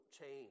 change